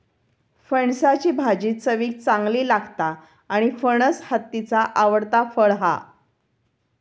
फणसाची भाजी चवीक चांगली लागता आणि फणस हत्तीचा आवडता फळ हा